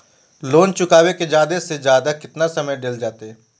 Loan चुकाबे के जादे से जादे केतना समय डेल जयते?